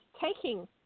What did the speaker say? taking